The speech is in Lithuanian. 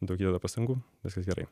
daug įdeda pastangų viskas gerai